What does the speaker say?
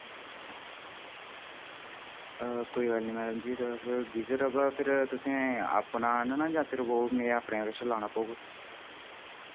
कोई गल्ल नि मैडम जी ते फिर गीजर फिर तुसैं अपना नि ना जां फिर ओ मैं अपने कशा लाना पौग